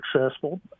successful